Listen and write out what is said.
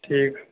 ঠিক